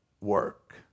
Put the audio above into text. work